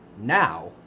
now